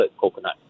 coconut